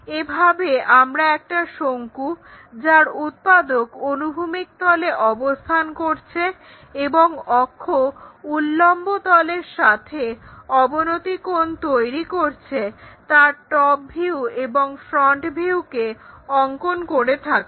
এভাবে আমরা একটা শঙ্কু যার উৎপাদক অনুভূমিক তলে অবস্থান করছে এবং অক্ষ উল্লম্ব তলের সাথে অবনতি কোণ তৈরি করছে তার টপ ভিউ এবং ফ্রন্ট ভিউকে অংকন করে থাকি